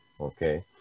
Okay